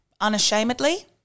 unashamedly